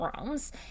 rooms